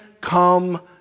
Come